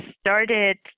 started